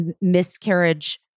miscarriage